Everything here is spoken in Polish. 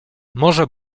może